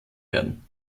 werden